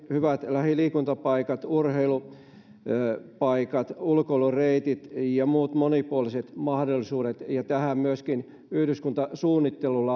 hyvät lähiliikuntapaikat urheilupaikat ulkoilureitit ja muut monipuoliset mahdollisuudet ja tässä myöskin yhdyskuntasuunnittelu